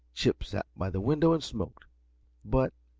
chip sat by the window and smoked but,